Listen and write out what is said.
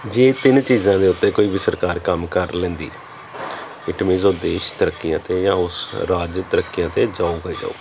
ਜੇ ਤਿੰਨ ਚੀਜ਼ਾਂ ਦੇ ਉੱਤੇ ਕੋਈ ਵੀ ਸਰਕਾਰ ਕੰਮ ਕਰ ਲੈਂਦੀ ਇਟ ਮੀਨਸ ਉਹ ਦੇਸ਼ ਤਰੱਕੀਆਂ 'ਤੇ ਜਾਂ ਉਸ ਰਾਜ ਤਰੱਕੀਆਂ 'ਤੇ ਜਾਵੇਗਾ ਹੀ ਜਾਵੇਗਾ